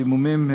דימומים,